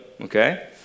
okay